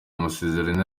amasezerano